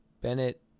Bennett